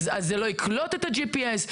אז זה לא יקלוט את ה-GPS,